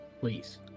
Please